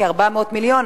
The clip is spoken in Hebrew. כ-400 מיליון,